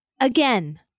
Again